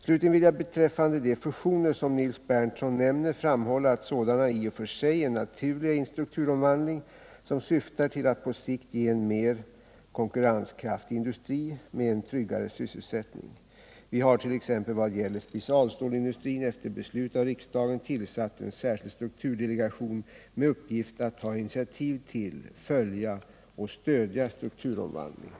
Slutligen vill jag beträffande de fusioner som Nils Berndtson nämner framhålla att sådana i och för sig är naturliga i en strukturomvandling som syftar till att på sikt ge en mer konkurrenskraftig industri med en tryggare sysselsättning. Vi har t.ex. vad gäller specialstålindustrin efter beslut av riksdagen tillsatt en särskild strukturdelegation med uppgift att ta initiativ till, följa och stödja strukturomvandlingen.